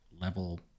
level